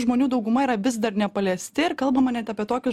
žmonių dauguma yra vis dar nepaliesti ir kalbama net apie tokius